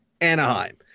Anaheim